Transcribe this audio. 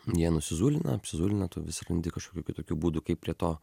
jie nusizulina apsizulina tu vis randi kažkokių kitokių būdų kaip prie to